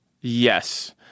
Yes